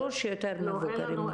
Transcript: ברור שיותר מבוגרים מתקשרים.